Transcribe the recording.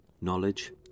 knowledge